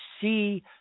see